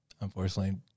unfortunately